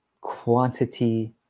Quantity